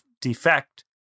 defect